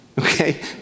Okay